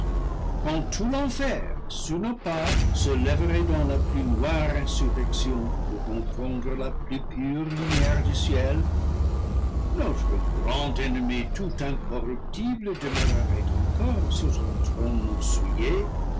quand tout l'enfer sur nos pas se lèverait dans la plus noire insurrection pour confondre la plus pure lumière du ciel notre grand ennemi tout incorruptible de meurerait encore sur son trône